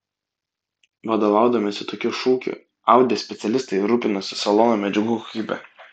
vadovaudamiesi tokiu šūkiu audi specialistai rūpinosi salono medžiagų kokybe